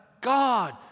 God